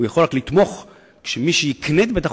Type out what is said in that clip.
הוא יכול רק לתמוך בכך שמי שיקנה את בית-החולים